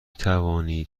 توانید